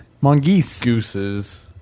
mongooses